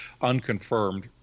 unconfirmed